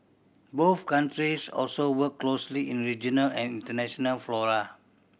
both countries also work closely in regional and international fora